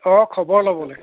অ খবৰ ল'বলৈ